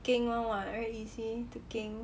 keng [one] [what] very easy to keng